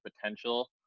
potential